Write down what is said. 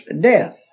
Death